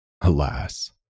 Alas